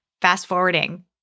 fast-forwarding